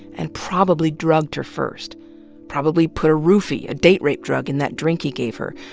and probably drugged her first probably put a roofy, a date rape drug, in that drink he gave her,